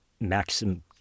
maximum